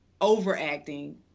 overacting